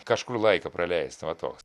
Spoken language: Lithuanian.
kažkur laiką praleisti va toks